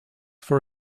for